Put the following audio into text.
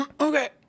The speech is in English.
okay